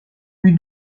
lui